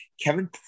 kevin